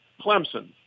Clemson